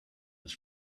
his